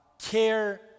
care